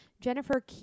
Jennifer